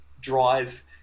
drive